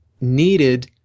needed